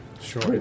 Sure